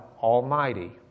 Almighty